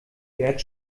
jörg